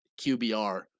QBR